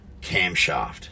camshaft